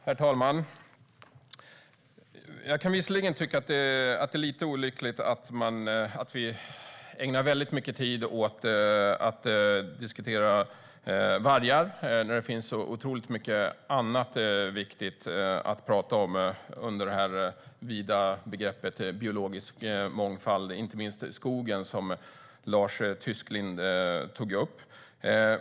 Herr talman! Jag kan tycka att det är lite olyckligt att vi ägnar så mycket tid åt att diskutera vargar när det finns så mycket annat viktigt att tala om under det vida begreppet biologisk mångfald, inte minst skogen, som Lars Tysklind tog upp.